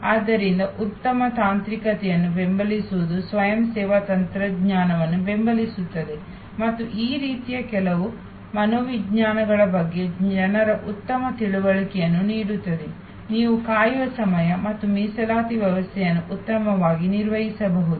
ಆದ್ದರಿಂದ ಉತ್ತಮ ತಾಂತ್ರಿಕತೆಯನ್ನು ಬೆಂಬಲಿಸುವುದು ಸ್ವಯಂ ಸೇವಾ ತಂತ್ರಜ್ಞಾನಗಳನ್ನು ಬೆಂಬಲಿಸುತ್ತದೆ ಮತ್ತು ಈ ರೀತಿಯ ಕೆಲವು ಮನೋವಿಜ್ಞಾನಗಳ ಬಗ್ಗೆ ಜನರಿಗೆ ಉತ್ತಮ ತಿಳುವಳಿಕೆಯನ್ನು ನೀಡುತ್ತದೆ ನೀವು ಕಾಯುವ ಸಮಯ ಮತ್ತು ಮೀಸಲಾತಿ ವ್ಯವಸ್ಥೆಯನ್ನು ಉತ್ತಮವಾಗಿ ನಿರ್ವಹಿಸಬಹುದು